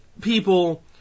people